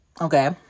Okay